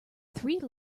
three